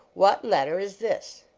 what let ter is this?